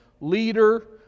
leader